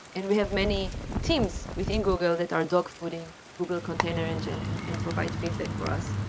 and we have many teams within google that are dog-fooding google container engine and and provide feedback for us,